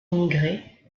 immigrés